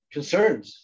concerns